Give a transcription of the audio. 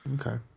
Okay